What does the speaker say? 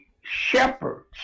shepherds